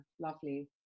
lovely